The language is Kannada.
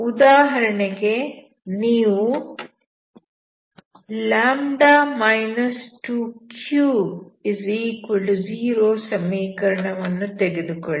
ಉದಾಹರಣೆಗೆ ನೀವು λ 230 ಸಮೀಕರಣವನ್ನು ತೆಗೆದುಕೊಳ್ಳಿ